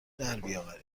دربیاورید